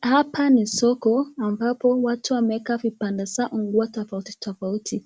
Hapa ni soko ambapo watu wameeka vibanda zao nguo tofauti tofauti.